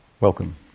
welcome